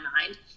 mind